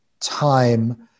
time